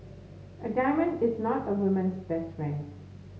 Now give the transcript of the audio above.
a diamond is not a woman's best friend